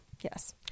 Yes